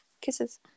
Kisses